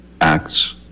acts